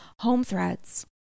Homethreads